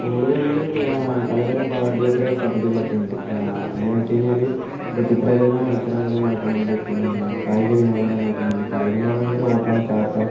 സ്കൂളുകളില് പലതരം പഠ്യേതര പദ്ധതികളൊക്കെയുണ്ട് അത് എങ്ങനെ എന്ന് വെച്ച്കഴിഞ്ഞാല് ഇപ്പം ചിത്രരചനാ മത്സരങ്ങള് നടത്തുന്നുണ്ട് പിന്നെ കായിക വിനോദങ്ങള് നടത്തുന്നുണ്ട് കായികം എന്ന് പറഞ്ഞുകഴിഞ്ഞാല് ഓട്ടം ചാട്ടം